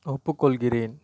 ஒப்புக்கொள்கிறேன்